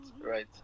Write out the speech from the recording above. right